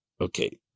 Okay